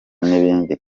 n’ibindi